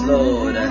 Lord